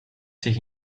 sich